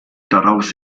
daraus